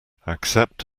accept